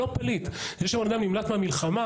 זה שבן אדם נמלט מהמלחמה,